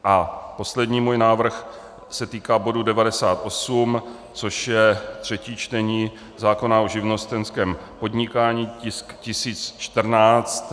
A poslední můj návrh se týká bodu 98, což je třetí čtení zákona o živnostenském podnikání, tisk 1014.